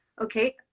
okay